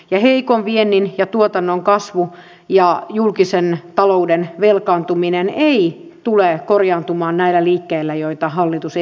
heikon viennin ja tuotannon kasvu ja julkisen talouden velkaantuminen eivät tule korjaantumaan näillä liikkeillä joita hallitus esittää